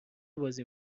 بازی